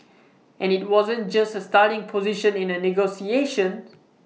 and IT wasn't just A starting position in A negotiation